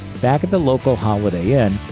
back at the local holiday inn,